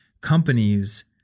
Companies